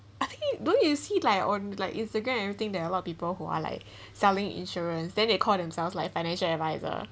I think don't you see like on like instagram and everything there are a lot of people who are like selling insurance then they call themselves like financial adviser